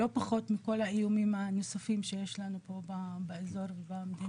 לא פחות מכל האיומים הנוספים שיש לנו פה באזור ובמדינה.